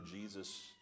Jesus